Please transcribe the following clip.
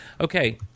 Okay